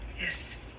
Yes